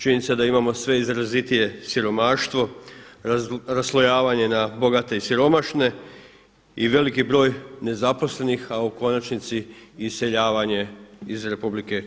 Činjenica je da imamo sve izrazitije siromaštvo, raslojavanje na bogate i siromašne i veliki broj nezaposlenih, a u konačnici iseljavanje iz RH.